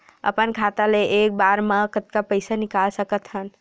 अपन खाता ले एक बार मा कतका पईसा निकाल सकत हन?